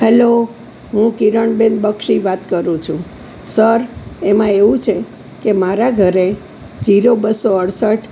hello હું કિરણ બેન બક્ષી વાત કરું છું સર એમાં એવું છે કે મારા ઘરે જીરો બસો અળસઠ